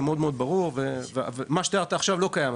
זה מאוד ברור ומה שתיארת עכשיו לא קיים.